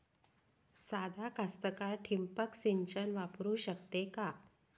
सादा कास्तकार ठिंबक सिंचन वापरू शकते का?